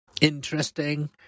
Interesting